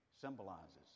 symbolizes